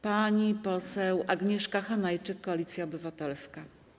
Pani poseł Agnieszka Hanajczyk, Koalicja Obywatelska.